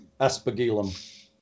aspergillum